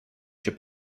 się